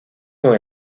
con